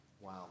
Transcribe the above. wow